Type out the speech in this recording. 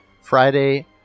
Friday